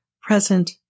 present